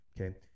Okay